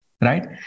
right